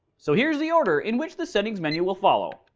so here is the order in which the settings menu will follow